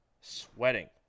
sweating